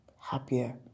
happier